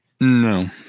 No